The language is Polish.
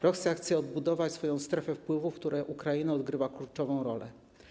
Rosja chce odbudować swoją strefę wpływu, w której Ukraina odgrywa kluczową rolę.